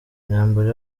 intambara